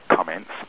comments